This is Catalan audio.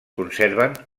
conserven